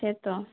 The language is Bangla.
সেই তো